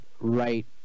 right